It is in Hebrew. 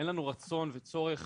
אין לנו רצון וצורך